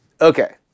Okay